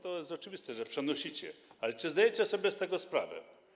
To jest oczywiste, że przenosicie, ale czy zdajecie sobie z tego sprawę?